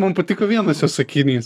man patiko vienas jo sakinys